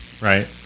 right